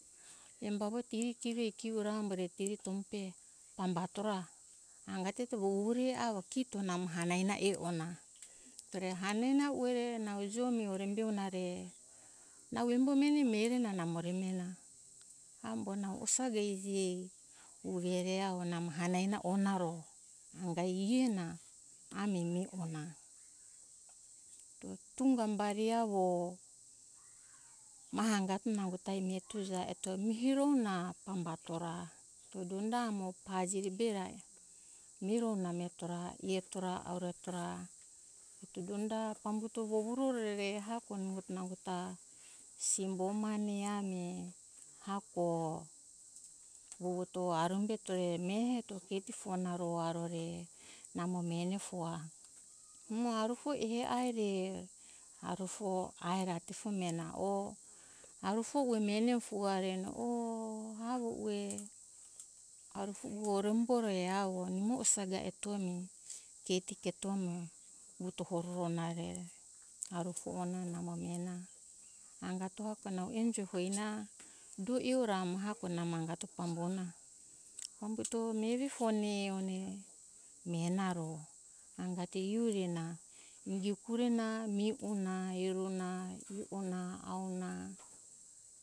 Embo avo tiri keve kio ra ambo re tiri tombu pe pambato ra angati eto vovu re avo kito namo hanana e ona eto re hanana ue re nau jo miho umbe ona re nau embo meni mihere namo re mihe na ambo nau osaga iji ue re avo namo hanana ona ro anga e ena ami mihe ona tunga bari avo maha angato mihe eto ja miroro na pambato ra to donda amo pajire be ra miro na mireto ra hie to ra aure to ra eto donda pambuto vovuro re ehako nimo nango ta simbo mane ami hako puvuto aruumbe to re mihe eto keti fona ro arumbo ra ro namo mihene foa umo arufo ehe aire arufo aira tefo mihe na o arfo ue mihene ue re o avo ue arufo horembure avo nimo osaga eto mi keti keto mo vuto hororo na re arufo ona namo mihe na angato hako nau enjo hoi na do iora amo hako namo angato pambo pambuto evi fone one mihe na ro angait hio re na ingi kure na, mihe ona erona, hio ona, auna